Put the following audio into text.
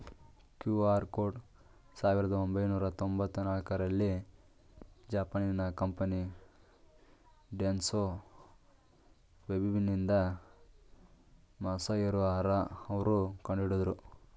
QR code ಸಾವಿರದ ಒಂಬೈನೂರ ತೊಂಬತ್ತ ನಾಲ್ಕುರಲ್ಲಿ ಜಪಾನಿನ ಕಂಪನಿ ಡೆನ್ಸೊ ವೇವ್ನಿಂದ ಮಸಾಹಿರೊ ಹರಾ ಅವ್ರು ಕಂಡುಹಿಡಿದ್ರು